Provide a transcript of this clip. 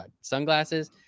sunglasses